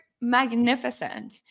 magnificent